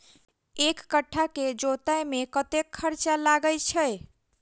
एक कट्ठा केँ जोतय मे कतेक खर्चा लागै छै?